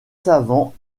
savants